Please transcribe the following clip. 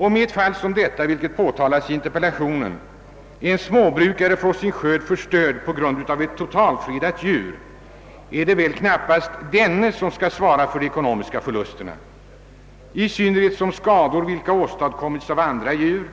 Om — som i det fall som påtalats i interpellationen — en småbrukare får sin skörd förstörd av ett totalfredat djur är det väl knappast denne som skall svara för de ekonomiska förlusterna — i synnerhet som skador vilka åstadkommits av andra djur